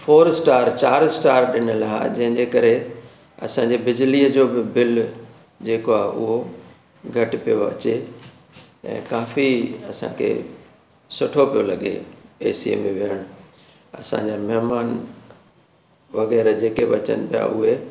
four star चार star ॾिनल आहे जंहिंजे करे असांजी बिजलीअ जो बि बिल जेको आहे उहो घटि पियो अचे ऐं काफ़ी असांखे सुठो पियो लॻे एसीअ में विहणु असांजा महिमानु वग़ैरह जेके बि अचनि पिया उहे